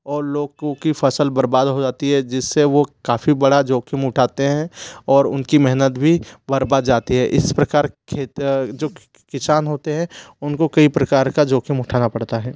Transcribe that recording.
और लोगों की फसल बर्बाद हो जाती है जिससे वो काफ़ी बड़ा जोखिम उठाते हैं और उनकी मेहनत भी बर्बाद जाती है इस प्रकार खेती जो किसान होते हैं उनको कई प्रकार का जोखिम उठाना पड़ता है